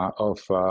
of